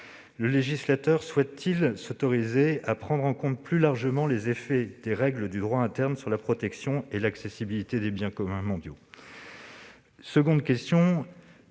Le législateur souhaite-t-il s'autoriser à prendre en compte plus largement les effets des règles de droit interne sur la protection et l'accessibilité des « biens communs mondiaux »